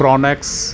Fronx